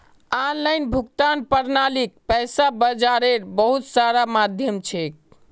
online भुगतान प्रणालीक पैसा बाजारेर बहुत सारा माध्यम छेक